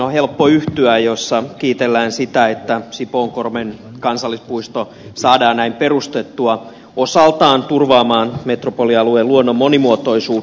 on helppo yhtyä näihin puheenvuoroihin joissa kiitellään sitä että sipoonkorven kansallispuisto saadaan näin perustettua osaltaan turvaamaan metropolialueen luonnon monimuotoisuutta